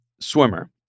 swimmer